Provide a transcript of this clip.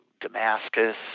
Damascus